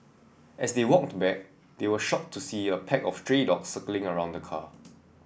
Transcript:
as they walked back they were shocked to see a pack of stray dogs circling around the car